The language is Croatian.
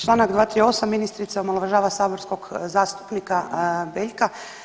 Članak 238. ministrica omalovažava saborskog zastupnika Beljka.